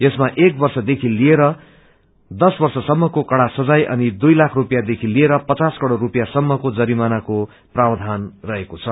यसमा एक वर्ष देखि लिएर दश वर्ष सम्पको कड़ा सजाय अनि दुई लाख रूपियाँ देखि लिएर पचास करोड़ रूपियाँ सम्मको जरिमानाको प्रावधान रहेको छ